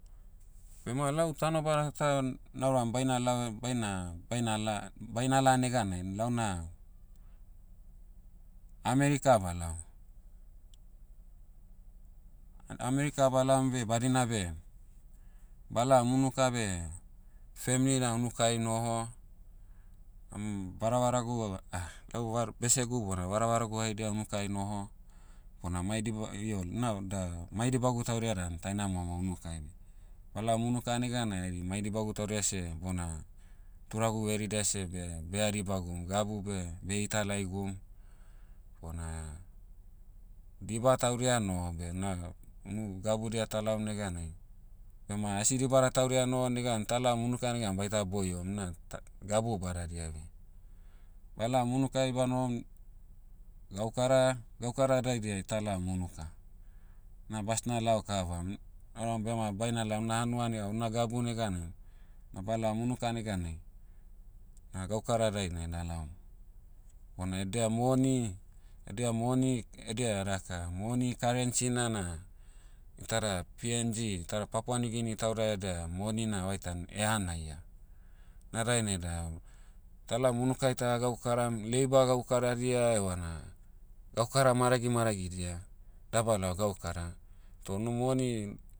Bema lau tanobada ta na'uram baina laoa- baina- baina la- baina la neganai lau na, america ba'laom. A- america ba'laom beh badina beh, ba'laom unuka beh, femli na unukai noho, m- varavaragu eva- lau vara- besegu bona varavaragu haidia unukai noho. Bona mai diba- io- na- da- mai dibagu taudia dan taina momo unukaibe. Ba'laom unuka neganai hari mai dibagu taudia seh bona, turagu veridia seh beh- beh hadibagum gabu beh- beh heita laigum, bona, diba taudia noho beh naga- unu gabudia ta'laom neganai, bema asi dibada taudia noho neganai ta'laom unuka neganai baita boiom na, ta- gabu badadia beh. Ba laom unukai ba'nohom, gaukara- gaukara daidiai ta'laom unuka, na basna lao kavam. M- nauram bema bainala una hanua nega una gabu neganai, na ba'laom unuka neganai, gaukara dainai na'laom. Bona edia moni- edia moni- edia daka moni currency' na na, itada png itada papua niugini tauda eda moni na vaitan hanaia. Na dainai da, ta'laom unukai taha gaukaram labour gaukaradia evana, gaukara maragi maragidia, dabalao gaukara, toh unu moni, na beh henim gauna na vaitan inikai gaukaram, ofesi'ai gaukaram taudia. Unukai na labour tana bo'gaukaram oi ofesi taudia inikai gaukaram taudia edia pei bamodia bo'abim. Na dainai da, lao unuka na, lau egu uramase bema, mai egu moni neganai lau nega ta unuka ba'laom. Oda na mauri na itana heina economic crisis lalonai na, itada- itada moni na vaitan asi veliu'na na heto na dainai da, tana heina da, ta goadam, ta gaukara goadam, eda boga kunu daidiai penepene maragidia ta'davarim na, bese vairai ta hatodiam. Nu daka, o, bema lau nauram baina la eh- edena gabu na lau na, america do balaom.